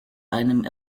einem